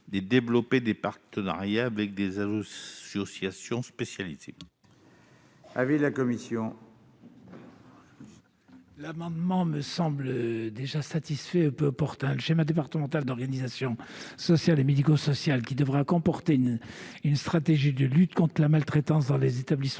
de développer des partenariats avec les associations spécialisées. Quel est l'avis de la commission ? Cet amendement semble déjà satisfait et peu opportun. Le schéma départemental d'organisation sociale et médico-sociale, qui devra comporter une stratégie de lutte contre la maltraitance dans les établissements